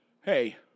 hey